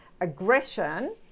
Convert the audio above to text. Aggression